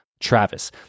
Travis